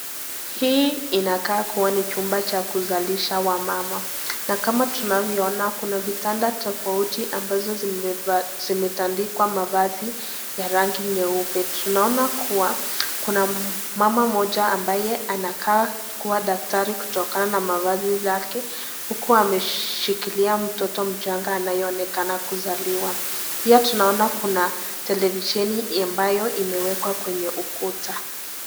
Hii inakaa kuwa ni chumba cha kuzalisha wamama. Na kama tunavyoona kuna vitanda tofauti ambazo zimetandikwa mavazi ya rangi nyeupe. Tunaona kuwa kuna mama moja ambaye anakaa kukua daktari kutokana na mavazi zaki, uku ameshikilia mtoto mchanga anayeonekana kuzaliwa. Pia tunaona kuna televisheni ambayo imewekwa kwenye ukuta.